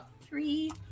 Three